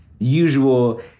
usual